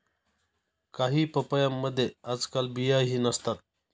काही पपयांमध्ये आजकाल बियाही नसतात